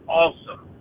awesome